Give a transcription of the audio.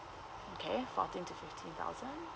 okay fourteen to fifteen thousand